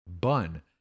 bun